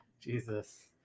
Jesus